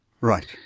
Right